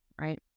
right